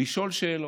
לשאול שאלות.